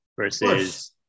versus